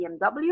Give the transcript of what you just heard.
BMW